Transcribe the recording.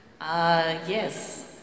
Yes